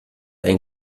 ein